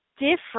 different